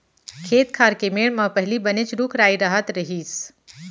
खेत खार के मेढ़ म पहिली बनेच रूख राई रहत रहिस